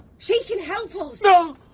she can help so